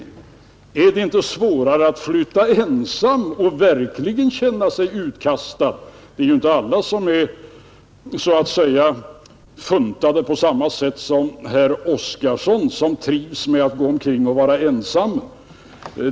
Är det inte svårare att flytta ensam och verkligen känna sig utkastad? Det är inte alla som är funtade på samma sätt som herr Oskarson, som trivs med att gå omkring och vara ensam.